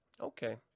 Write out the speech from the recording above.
okay